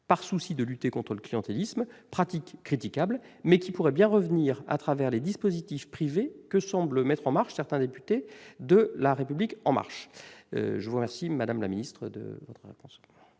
par souci de lutter contre le clientélisme, pratique critiquable qui pourrait bien revenir à travers les dispositifs privés que semblent mettre en place certains députés de ... La République En Marche. La parole est à Mme la ministre auprès